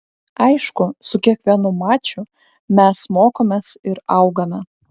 aišku su kiekvienu maču mes mokomės ir augame